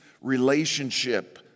relationship